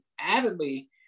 avidly